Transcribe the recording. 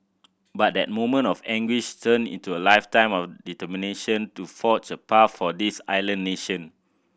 but that moment of anguish turned into a lifetime of determination to forge a path for this island nation